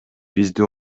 бизди